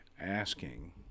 asking